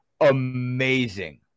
amazing